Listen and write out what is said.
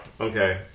okay